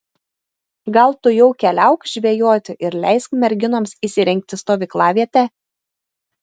gal tu jau keliauk žvejoti ir leisk merginoms įrengti stovyklavietę